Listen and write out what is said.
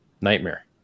nightmare